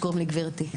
גברתי.